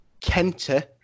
Kenta